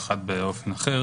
באופן אחר